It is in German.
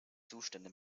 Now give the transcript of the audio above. zustände